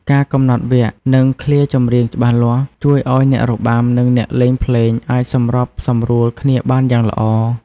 ការកំណត់វគ្គ និងឃ្លាចម្រៀងច្បាស់លាស់ ជួយឱ្យអ្នករបាំ និងអ្នកលេងភ្លេងអាចសម្របសម្រួលគ្នាបានយ៉ាងល្អ។